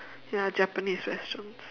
ya japanese restaurants